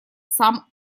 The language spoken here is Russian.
сам